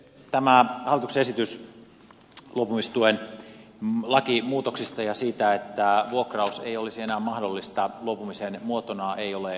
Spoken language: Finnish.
tämä hallituksen esitys luopumistuen lakimuutoksista ja siitä että vuokraus ei olisi enää mahdollista luopumisen muotona ei ole perusteltu